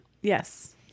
Yes